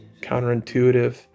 counterintuitive